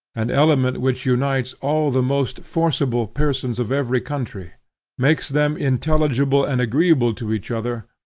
an element which unites all the most forcible persons of every country makes them intelligible and agreeable to each other,